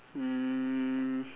hmm